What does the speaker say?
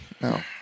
No